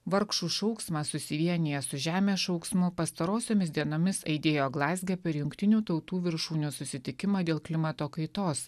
vargšų šauksmas susivienijęs su žemės šauksmu pastarosiomis dienomis aidėjo glazge per jungtinių tautų viršūnių susitikimą dėl klimato kaitos